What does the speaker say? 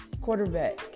quarterback